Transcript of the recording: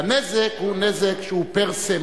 והנזק הוא נזק שהוא פר-סה,